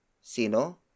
Sino